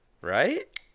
Right